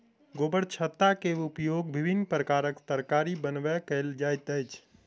गोबरछत्ता के उपयोग विभिन्न प्रकारक तरकारी बनबय कयल जाइत अछि